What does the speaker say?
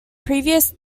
previous